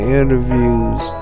interviews